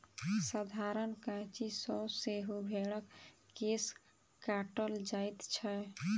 साधारण कैंची सॅ सेहो भेंड़क केश काटल जाइत छै